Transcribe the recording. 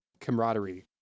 camaraderie